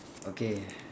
okay